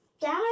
Dad